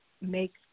make